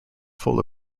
full